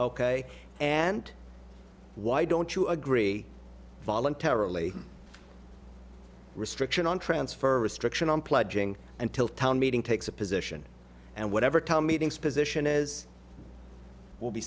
ok and why don't you agree voluntarily restriction on transfer restriction on pledging until town meeting takes a position and whatever town meetings position is will be